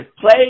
play